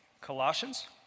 Colossians